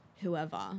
whoever